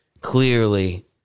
clearly